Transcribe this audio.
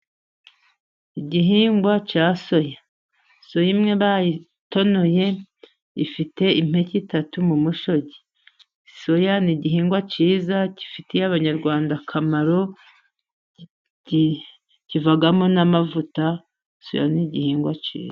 Igihingwa cya soya. Soya imwe bayitonoye ifite impeke eshatu mu mushogi, soya ni igihingwa cyiza gifitiye abanyarwanda akamaro, kivamo n'amavuta, soya ni igihingwa cyiza.